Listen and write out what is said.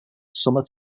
summer